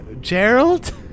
Gerald